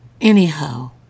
Anyhow